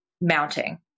mounting